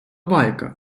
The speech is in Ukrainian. байка